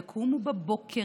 יקומו בבוקר,